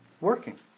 working